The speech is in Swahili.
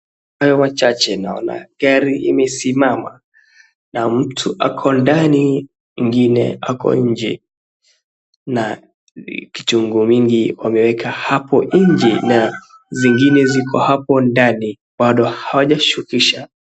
Kwa hayo machache naona gari imesimama, na mtu ako ndani mwingine ako nje. Na kitunguu mingi wameweka hapo nje na zingine ziko hapo ndani bado hawajashukisha.